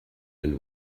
and